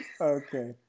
Okay